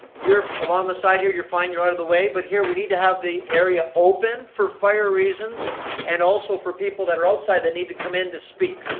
along the side here, you're fine, you're out of the way, but here, we need to have the area open for fire reasons and also for people that are outside that need to come in to speak.